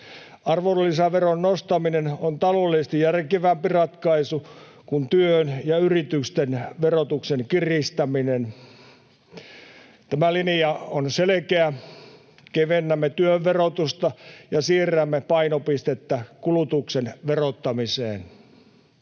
Arvonlisäveron nostaminen on taloudellisesti järkevämpi ratkaisu kuin työn ja yritysten verotuksen kiristäminen. Tämä linja on selkeä: kevennämme työn verotusta ja siirrämme painopistettä kulutuksen verottamiseen.